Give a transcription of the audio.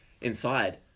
inside